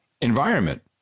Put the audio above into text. environment